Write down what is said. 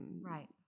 right